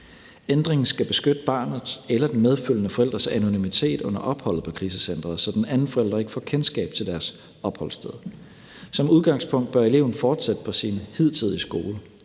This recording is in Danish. Ændringen skal beskytte barnets eller den medfølgende forælders anonymitet under opholdet på krisecenteret, så den anden forælder ikke får kendskab til deres opholdssted. Som udgangspunkt bør eleven fortsætte på sin hidtidige skole.